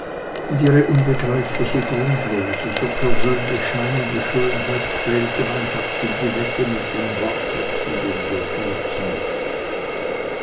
und ihre unbegreifliche grundlose so persönlich scheinende schönheit quälte mein herz in die wette mit dem wortwechsel den wir führten